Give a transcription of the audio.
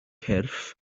cyrff